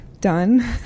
done